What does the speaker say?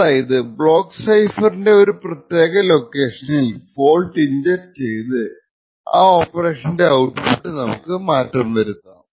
അതായതു ബ്ലോക്ക് സൈഫറിൻറെ ഒരു പ്രത്യേക ലൊക്കേഷനിൽ ഫോൾട്ട് ഇൻജെക്ട് ചെയ്ത് ആ ഓപ്പറേഷൻറെ ഔട്പുട്ട് നമുക്ക് മാറ്റം വരുത്താം